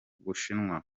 bushinwa